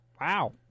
Wow